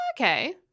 okay